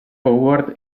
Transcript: howard